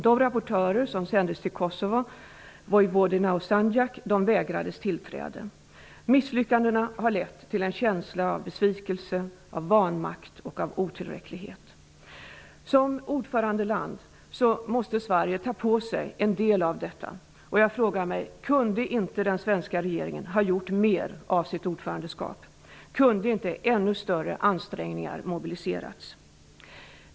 De rapportörer som sändes till Misslyckandena har lett till en känsla av besvikelse, vanmakt och otillräcklighet. Som ordförandeland måste Sverige ta på sig en del av detta, och jag frågar mig: Kunde inte den svenska regeringen ha gjort mer av sitt ordförandeskap? Kunde inte ännu större ansträngningar ha mobiliserats?